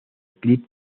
clip